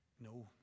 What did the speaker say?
No